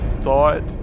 thought